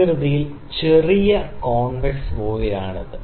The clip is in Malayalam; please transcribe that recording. ആകൃതിയിൽ ചെറിയ കോൺവെക്സ് വോയിലാണ്